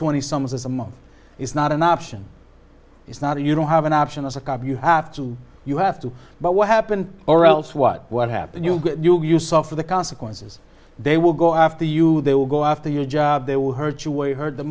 twenty summers as a month is not an option it's not if you don't have an option as a cop you have to you have to but what happened or else what what happened you'll get you suffer the consequences they will go after you they will go after your job they will hurt you a heard the